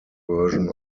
version